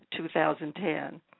2010